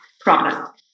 product